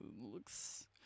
looks